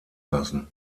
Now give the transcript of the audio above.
lassen